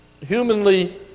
humanly